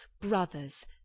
brothers